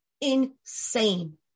insane